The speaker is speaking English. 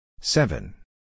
Seven